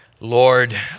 Lord